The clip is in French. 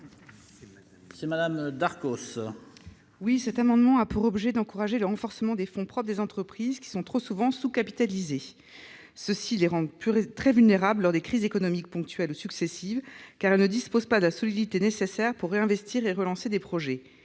Mme Laure Darcos. Cet amendement a pour objet d'encourager le renforcement des fonds propres des entreprises, qui sont trop souvent sous-capitalisées, ce qui les rend très vulnérables lors des crises économiques ponctuelles ou successives, car elles ne disposent pas de la solidité nécessaire pour réinvestir et relancer des projets.